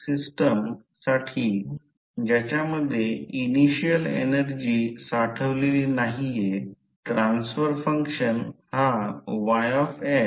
तर येथून मध्यापर्यंत रेडियस म्हणजे कॅपिटल R आहे आणि हा मुख्य गोलाकार कोर आहे म्हणून तो डायमीटर d आहे